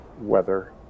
weather